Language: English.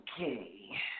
Okay